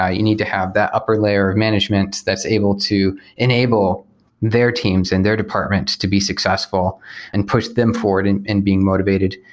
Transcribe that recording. ah you need to have the upper layer of management that's able to enable their teams and their department to be successful and push them forward and and being motivated.